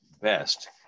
best